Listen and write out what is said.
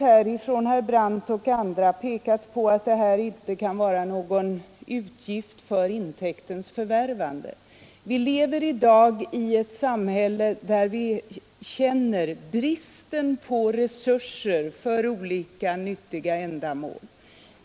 Herr Brandt och andra har pekat på att det i detta fall inte kan gälla någon utgift för intäktens förvärvande, och det är ju riktigt. Men vi lever i dag i ett samhälle, där vi känner bristen på resurser för olika angelägna ändamål.